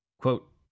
Quote